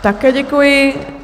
Také děkuji.